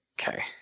Okay